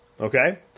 okay